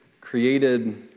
created